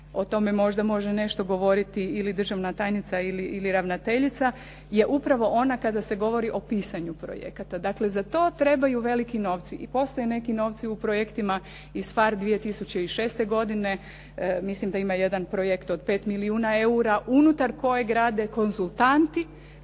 o tome možda može nešto govoriti ili državna tajnica ili ravnateljica je upravo ona kada se govori o pisanju projekata. Dakle, za to trebaju veliki novci i postoje neki novci u projektima iz PHARE 2006. godine, mislim da ima jedan projekt od 5 milijuna eura unutar kojeg rade konzultanti